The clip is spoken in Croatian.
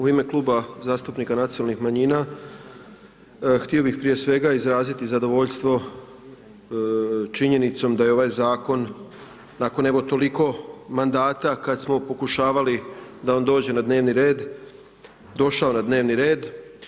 U ime Kluba zastupnika nacionalnih manjina, htio bih prije svega izraziti zadovoljstvo činjenicom da je ovaj zakon nakon evo toliko mandata kada smo pokušavali da on dođe na dnevni red, došao na dnevni red.